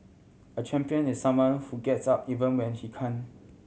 a champion is someone who gets up even when he can